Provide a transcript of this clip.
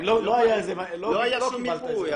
לא היה שום מיפוי.